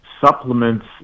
supplements